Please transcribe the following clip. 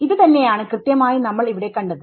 ഇത് തന്നെയാണ് കൃത്യമായി നമ്മൾ ഇവിടെ കണ്ടത്